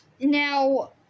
Now